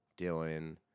Dylan